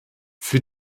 für